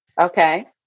okay